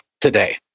today